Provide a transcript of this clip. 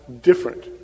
different